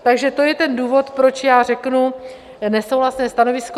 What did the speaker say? Takže to je ten důvod, proč řeknu nesouhlasné stanovisko.